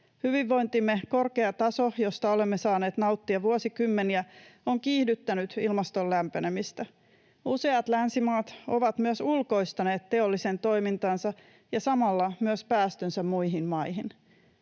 Hyvinvointimme korkea taso, josta olemme saaneet nauttia vuosikymmeniä, on kiihdyttänyt ilmaston lämpenemistä. Useat länsimaat ovat myös ulkoistaneet teollisen toimintansa ja samalla myös päästönsä muihin maihin